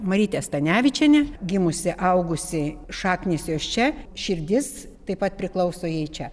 marytė stanevičienė gimusi augusi šaknys jos čia širdis taip pat priklauso jai čia